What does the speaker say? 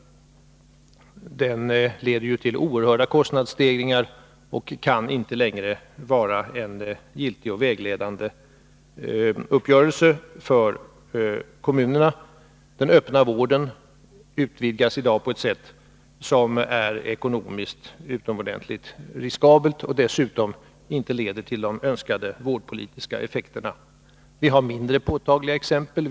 Den leder ju till oerhörda kostnadsstegringar och kan inte längre vara en giltig och vägledande uppgörelse för kommunerna. Den öppna vården utvidgas i dag på ett sätt som är ekonomiskt utomordentligt riskabelt. Dessutom leder det inte till de önskade vårdpolitiska effekterna. Vi har också mindre påtagliga exempel.